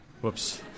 Whoops